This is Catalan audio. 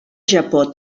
japó